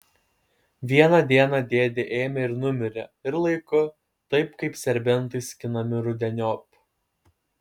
vieną dieną dėdė ėmė ir numirė ir laiku taip kaip serbentai skinami rudeniop